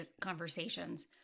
conversations